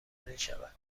میشود